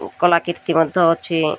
କଳାକୀର୍ତ୍ତି ମଧ୍ୟ ଅଛି